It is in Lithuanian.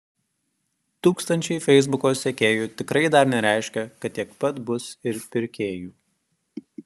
tūkstančiai feisbuko sekėjų tikrai dar nereiškia kad tiek pat bus ir pirkėjų